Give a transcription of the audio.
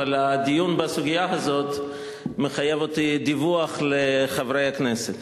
אבל הדיון בסוגיה הזאת מחייב אותי בדיווח לחברי הכנסת.